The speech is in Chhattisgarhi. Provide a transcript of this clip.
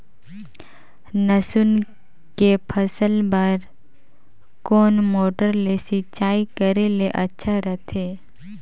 लसुन के फसल बार कोन मोटर ले सिंचाई करे ले अच्छा रथे?